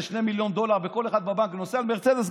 2 מיליון דולר וכל אחד נוסע על מרצדס,